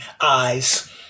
eyes